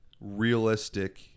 realistic